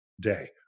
day